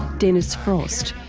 dennis frost,